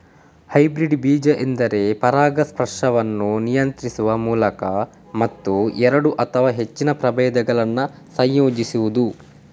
hybrid ಬೀಜ ಎಂದರೆ ಪರಾಗಸ್ಪರ್ಶವನ್ನು ನಿಯಂತ್ರಿಸುವ ಮೂಲಕ ಮತ್ತು ಎರಡು ಅಥವಾ ಹೆಚ್ಚಿನ ಪ್ರಭೇದಗಳನ್ನ ಸಂಯೋಜಿಸುದು